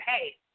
hey